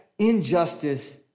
Injustice